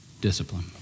discipline